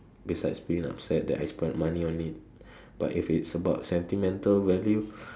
besides being upset that I spent money on it but if it's about sentimental value